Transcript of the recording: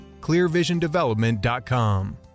clearvisiondevelopment.com